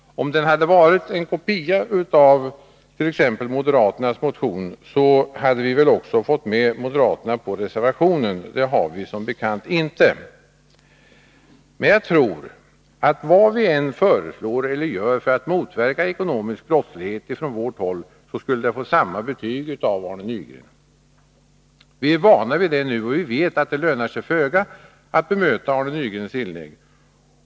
Om den hade varit en kopia av t.ex. moderaternas motion, hade vi väl också fått med moderaterna på reservationen. Det har vi som bekant inte. Jag tror att vad vi än föreslår eller gör från vårt håll för att motverka ekonomisk brottslighet, skulle det få samma betyg av Arne Nygren. Vi är vana vid det nu, och vi vet att det lönar sig föga att bemöta Arne Nygrens inlägg.